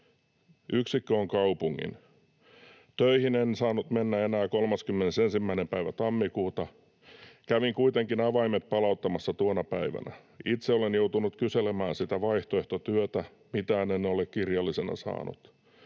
Yksikkö on kaupungin. Töihin en saanut mennä enää 31. päivä tammikuuta. Kävin kuitenkin avaimet palauttamassa tuona päivänä. Itse olen joutunut kyselemään sitä vaihtoehtotyötä. Mitään en ole kirjallisena saanut,